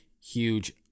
huge